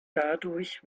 dadurch